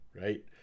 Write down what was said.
right